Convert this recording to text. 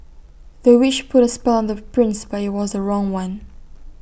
the witch put A spell on the prince but IT was the wrong one